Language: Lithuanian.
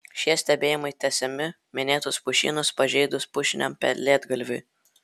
šie stebėjimai tęsiami minėtus pušynus pažeidus pušiniam pelėdgalviui